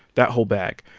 that whole bag.